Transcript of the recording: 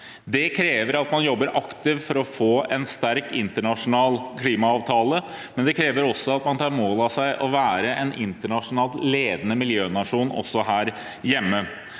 Det krever at man jobber aktivt for å få en sterk internasjonal klimaavtale, men det krever også at man tar mål av seg til å være en internasjonalt ledende miljønasjon – også her hjemme